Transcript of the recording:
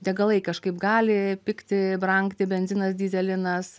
degalai kažkaip gali pigti brangti benzinas dyzelinas